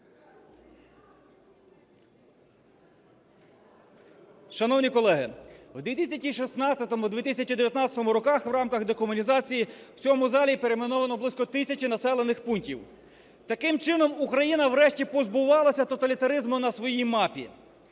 Шановні колеги, в 2016-2019 роках в рамках декомунізації в цьому залі перейменовано близько тисячі населених пунктів, таким чином Україна врешті позбувалася тоталітаризму на своїй мапі.